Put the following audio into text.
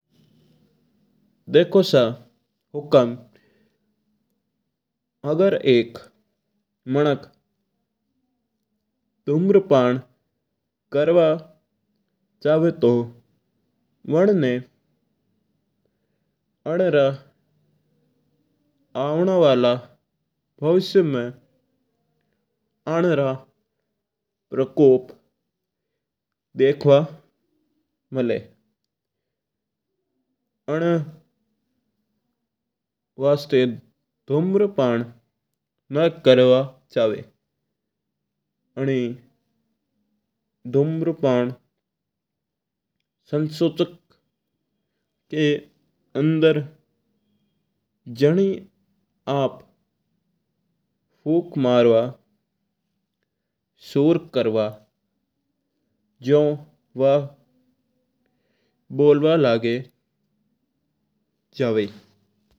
देखो सा हुकम अगर एक मानक दूम्रपान करवा चवा तो बन ना आअणा वाला भविष्य में आं रा परकोप देखना ना मिला है। अन्न वास्ता दूम्रपान सही नहीं है दूम्रपान संशोधक का अंदर जाना आप फूक मारवा सुरू करवा जो वो बोलबा लागी जवा।